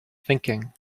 thinking